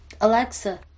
Alexa